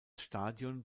stadion